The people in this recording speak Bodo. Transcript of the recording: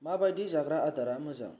माबायदि जाग्रा आदारा मोजां